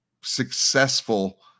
successful